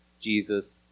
Jesus